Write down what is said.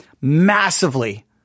massively